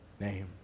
name